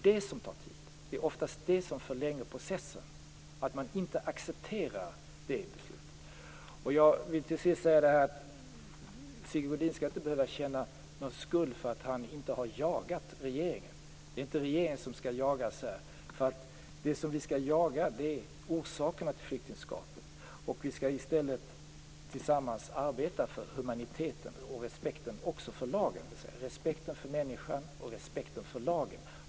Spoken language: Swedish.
Det är oftast när det beslutet inte accepteras som processen förlängs. Sigge Godin skall inte behöva känna någon skuld för att han inte har jagat regeringen. Det är inte regeringen som skall jagas. Det som skall jagas är orsakerna till flyktingskapet. Vi skall i stället tillsammans arbeta för humaniteten och respekten för människan och lagen.